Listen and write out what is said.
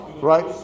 right